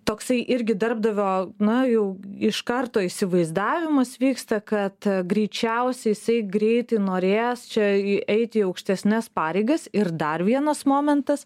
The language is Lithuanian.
toksai irgi darbdavio na jau iš karto įsivaizdavimas vyksta kad greičiausiai jisai greitai norės čia eiti į aukštesnes pareigas ir dar vienas momentas